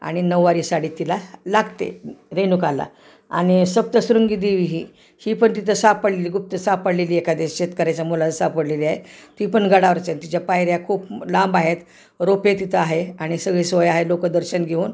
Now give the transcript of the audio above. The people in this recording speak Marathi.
आणि नऊवारी साडी तिला लागते रेणुकाला आणि सप्तश्रृंगी देवी ही ही पण तिथं सापडलेली गुप्त सापडलेली एखाद्या शेतकऱ्याच्या मुलाला सापडलेली आहे ती पण गडावरचीच तिच्या पायऱ्या खूप लांब आहेत रोपे तिथं आहे आणि सगळी सोय आहे लोक दर्शन घेऊन